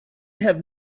have